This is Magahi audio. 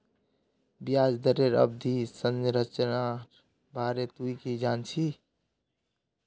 ब्याज दरेर अवधि संरचनार बारे तुइ की जान छि